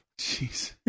Jeez